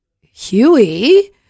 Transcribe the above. huey